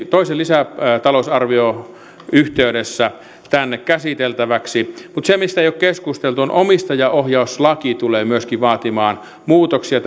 toisen lisätalousarvion yhteydessä tänne käsiteltäväksi mutta se mistä ei ole keskusteltu on omistajaohjauslaki joka tulee myöskin vaatimaan muutoksia